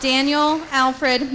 daniel alfred